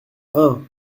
hein